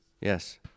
Yes